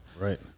Right